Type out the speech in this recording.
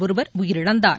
ஒருவர் உயிரிழந்தார்